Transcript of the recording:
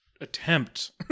attempt